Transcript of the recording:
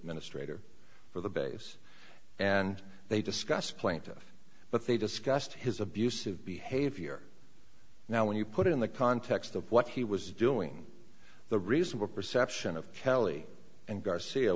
administrator for the base and they discuss plaintiff but they discussed his abusive behavior now when you put it in the context of what he was doing the reason we're perception of kelly and garcia